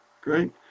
Great